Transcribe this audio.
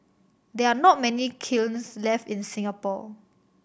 there are not many kilns left in Singapore